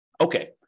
Okay